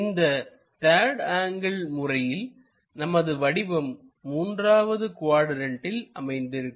இந்த third angle முறையில் நமது வடிவம் மூன்றாவது குவாட்ரண்ட்டில் அமைந்திருக்கும்